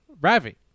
Ravi